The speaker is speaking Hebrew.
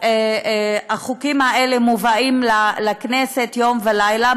החוקים האלה מובאים לכנסת יום ולילה.